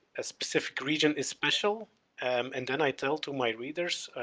a specific region is special and then i tell to my readers,